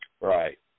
Right